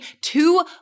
two